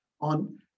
on